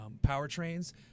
powertrains